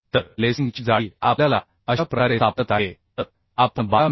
तर लेसिंगची जाडी आपल्याला अशा प्रकारे सापडत आहे तर आपण 12 मि